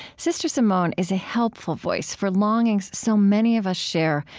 sr. simone is a helpful voice for longings so many of us share,